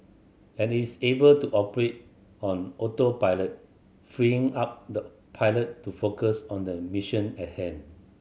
and it's able to operate on autopilot freeing up the pilot to focus on the mission at hand